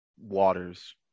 Waters